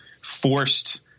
forced